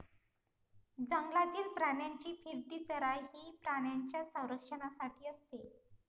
जंगलातील प्राण्यांची फिरती चराई ही प्राण्यांच्या संरक्षणासाठी असते